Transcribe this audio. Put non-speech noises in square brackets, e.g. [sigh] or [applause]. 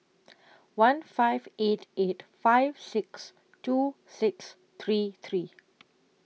[noise] one five eight eight five six two six three three